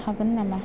हागोन नामा